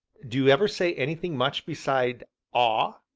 do you ever say anything much beside ah?